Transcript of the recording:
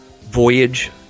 Voyage